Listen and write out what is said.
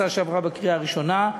הצעה שעברה בקריאה הראשונה.